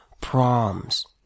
proms